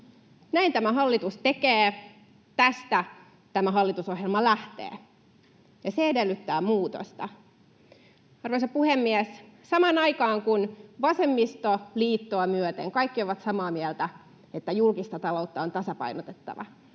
Näin tämä hallitus tekee. Tästä tämä hallitusohjelma lähtee, ja se edellyttää muutosta. Arvoisa puhemies! Samaan aikaan kun vasemmistoliittoa myöten kaikki ovat samaa mieltä, että julkista taloutta on tasapainotettava,